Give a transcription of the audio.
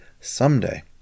someday